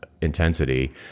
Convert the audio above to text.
intensity